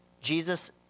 Jesus